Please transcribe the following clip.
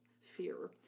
fear